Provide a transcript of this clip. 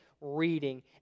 reading